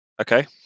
Okay